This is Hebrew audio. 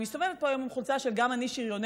אני מסתובבת פה היום עם החולצה של "גם אני שריונרית".